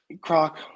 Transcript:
Croc